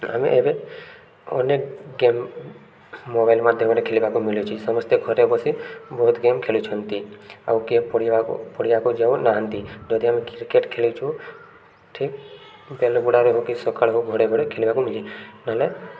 ଆମେ ଏବେ ଅନେକ ଗେମ୍ ମୋବାଇଲ୍ ମାଧ୍ୟମରେ ଖେଲିବାକୁ ମିଲୁଛି ସମସ୍ତେ ଘରେ ବସି ବହୁତ ଗେମ୍ ଖେଲୁଛନ୍ତି ଆଉ କିଏ ପଡ଼ିଆକୁ ଯାଉ ନାହାନ୍ତି ଯଦି ଆମେ କ୍ରିକେଟ୍ ଖେଲୁଛୁ ଠିକ୍ ବେଲ ଗୁଡ଼ାରେ ହଉ କି ସକାଳୁ ହଉ ଘରେ ଘରେ ଖେଲିବାକୁ ମିିଲେ ନହେଲେ